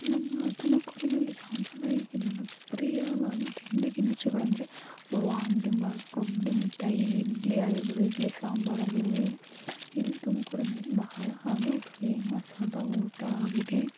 ನಮ್ಮ ತುಮಕೂರಿನಲ್ಲಿ ಸಾಂಪ್ರದಾಯಿಕ ಜನಪ್ರಿಯವಾದ ತಿಂಡಿ ತಿನಿಸುಗಳೆಂದ್ರೆ ವಾಂಗಿಬಾತ್ ಕೊಬ್ಬರಿ ಮಿಠಾಯಿ ಇಡ್ಲಿ ಆಗಿರಬೋದು ಇಡ್ಲಿ ಸಾಂಬರು ಆಗಿರಬೋದು ಇಲ್ಲಿ ಇಲ್ಲಿ ತುಮಕೂರಿನಲ್ಲಿ ಬಹಳ ಹಾಗೂ ಫೇಮಸ್ಸಾದ ಊಟ ಆಗಿದೆ